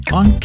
on